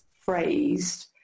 phrased